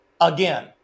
again